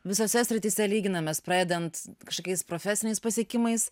visose srityse lyginamės pradedant kažkokiais profesiniais pasiekimais